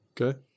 Okay